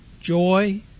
joy